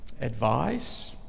advice